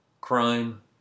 crime